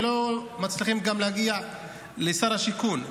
ולא מצליחים גם להגיע לשר השיכון,